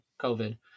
COVID